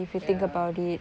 ya